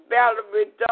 Valerie